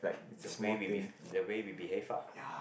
the way we the way we behave ah